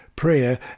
prayer